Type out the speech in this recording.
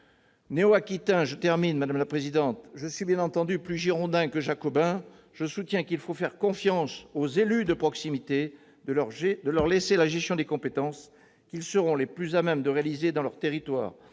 Néo-Aquitain, je suis bien entendu plus girondin que jacobin. Je soutiens qu'il faut faire confiance aux élus de proximité et leur laisser la gestion des compétences qu'ils sont les plus à même de réaliser dans leurs territoires-